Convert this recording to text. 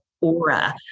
aura